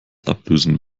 ablösen